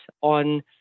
on